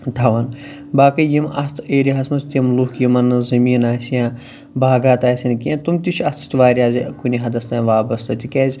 تھاوان باقٕے یِم اَتھ ایریا ہَس منٛز تِم لوٗکھ یِمَن نہٕ زٔمیٖن آسہِ یا باغات آسیٚن کیٚنٛہہ تِم تہِ چھِ اَتھ سۭتۍ واریاہ زِ کُنہِ حَدَس تانۍ وابستہٕ تِکیٛازِ